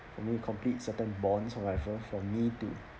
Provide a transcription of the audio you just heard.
for me complete certain bonds or whatever for me to